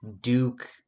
Duke